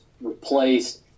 replaced